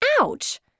Ouch